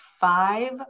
five